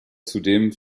zudem